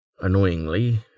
Annoyingly